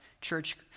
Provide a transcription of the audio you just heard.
church